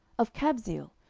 of kabzeel,